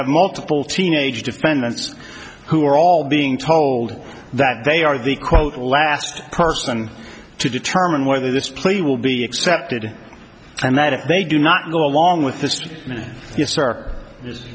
have multiple teenage defendants who are all being told that they are the quote last person to determine whether this plea will be accepted and that if they do not go along with this